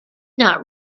not